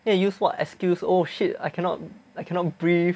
they use what excuse oh shit I cannot I cannot breathe